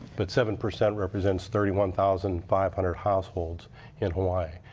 but seven percent represents thirty one thousand five hundred households in hawai'i.